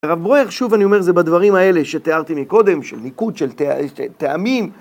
הרב ברוייר, שוב אני אומר, זה בדברים האלה שתיארתי מקודם, של ניקוד, של טעמים.